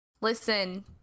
listen